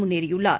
முன்னேறியுள்ளார்